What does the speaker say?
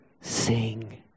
sing